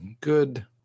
good